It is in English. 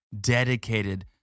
dedicated